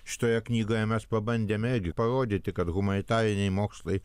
šitoje knygoje mes pabandėme parodyti kad humanitariniai mokslai